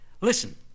Listen